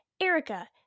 Erica